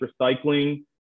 recycling